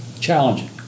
Challenging